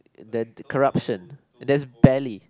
the the corruption there's barely